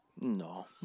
No